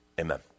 Amen